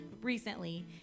recently